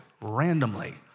randomly